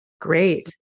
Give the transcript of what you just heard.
Great